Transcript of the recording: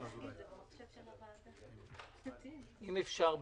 אם אפשר,